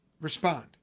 respond